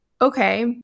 okay